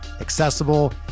accessible